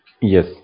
Yes